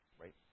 right